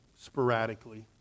sporadically